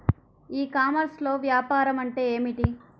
ఈ కామర్స్లో వ్యాపారం అంటే ఏమిటి?